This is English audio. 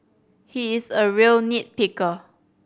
he is a real nit picker